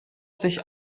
sich